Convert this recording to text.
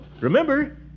Remember